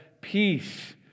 peace